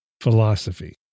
philosophy